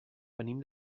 venim